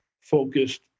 focused